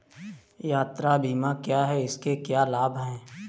यात्रा बीमा क्या है इसके क्या लाभ हैं?